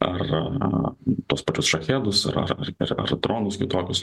ar tuos pačius šahedus ar ar ar dronus kitokius